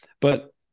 but-